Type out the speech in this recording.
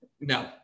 no